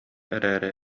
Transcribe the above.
эрээри